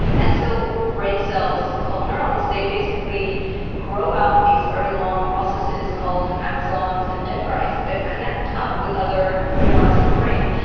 and so brain cells called neurons, they basically grow out these very long processes called axons and dendrites that connect up with other neurons in the brain,